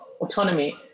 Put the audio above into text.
autonomy